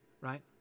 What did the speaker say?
right